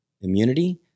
immunity